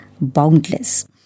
boundless